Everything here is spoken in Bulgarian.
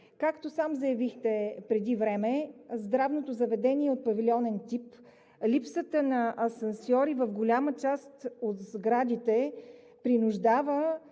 Както сам заявихте преди време, здравното заведение е от павилионен тип. Липсата на асансьори в голяма част от сградите затруднява